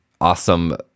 awesome